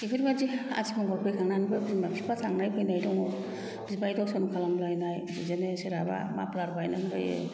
बेफोरबायदि आथि मंगलफोर होखांनानैबो बिमा बिफा थांनाय फैनाय दङ बिबाय दर्सन खालामलायनाय बिदिनो सोरहाबा माफ्लार बायनानै होयो